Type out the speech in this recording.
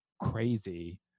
crazy